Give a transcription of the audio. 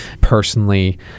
Personally